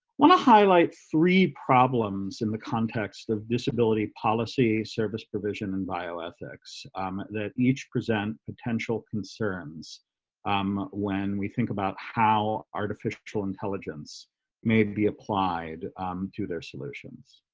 want to highlight three problems in the context of disability policy service provision and bioethics that each present potential concerns um when we think about how artificial intelligence may be applied to their solutions.